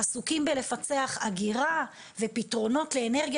עסוקים בלפצח אגירה ופתרונות לאנרגיה